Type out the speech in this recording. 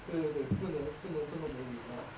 不能不能这么没礼貌